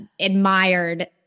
admired